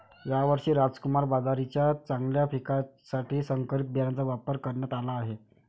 यावर्षी रामकुमार बाजरीच्या चांगल्या पिकासाठी संकरित बियाणांचा वापर करण्यात आला आहे